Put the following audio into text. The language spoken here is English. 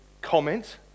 comment